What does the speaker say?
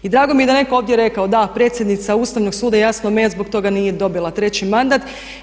I drago mi je da je netko ovdje rekao, da, predsjednica Ustavnog suda Jasna Omejec zbog toga nije dobila 3. mandat.